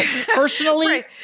personally